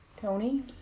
Tony